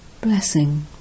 Blessing